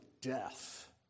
death